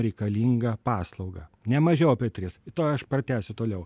reikalingą paslaugą ne mažiau apie tris tuoj aš pratęsiu toliau